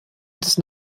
des